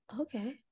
okay